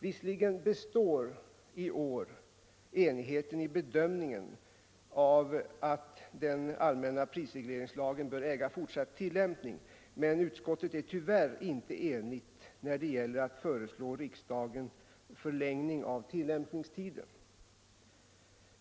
Visserligen består i år enigheten i bedömningen att den allmänna prisregleringslagen bör äga fortsatt tillämpning, men utskottet är tyvärr inte enigt när det gäller att föreslå riksdagen förlängning av tillämpningstiden.